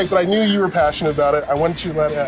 like but i knew you were passionate about it. i wanted to let